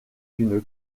une